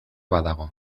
badago